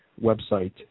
website